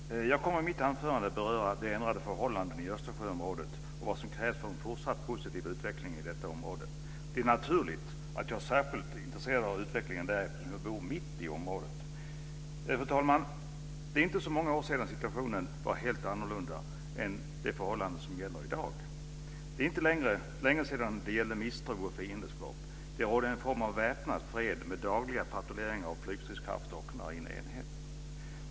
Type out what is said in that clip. Fru talman! Jag kommer i mitt anförande att beröra de ändrade förhållandena i Östersjöområdet och vad som krävs för fortsatt positiv utveckling i detta område. Det är naturligt att jag är särskilt intresserad av utvecklingen där, eftersom jag bor mitt i området. Fru talman! Det är inte så många år sedan situationen var helt annorlunda än i dag. Det är inte så länge sedan det rådde misstro och fiendskap. Det rådde en form av väpnad fred med dagliga patrulleringar av flygstridskrafter och marina enheter.